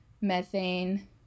methane